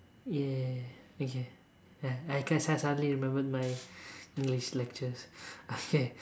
ya okay I can can suddenly remember my English lectures okay